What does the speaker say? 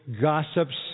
gossips